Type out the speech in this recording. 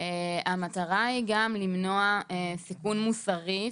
היא גם למנוע סיכון מוסרי,